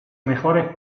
mejores